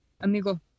amigo